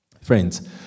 Friends